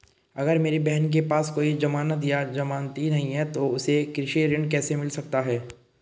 अगर मेरी बहन के पास कोई जमानत या जमानती नहीं है तो उसे कृषि ऋण कैसे मिल सकता है?